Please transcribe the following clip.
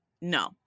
No